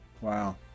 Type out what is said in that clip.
Wow